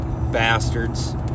bastards